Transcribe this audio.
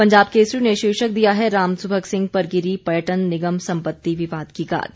पंजाब केसरी ने शीर्षक दिया है रामसुभग सिंह पर गिरी पर्यटन निगम संपत्ति विवाद की गाज